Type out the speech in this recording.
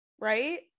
right